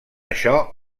això